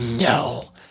no